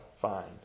find